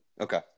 okay